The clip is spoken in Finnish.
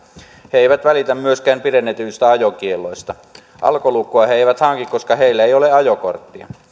he eivät välitä myöskään pidennetyistä ajokielloista alkolukkoa he eivät hanki koska heillä ei ole ajokorttia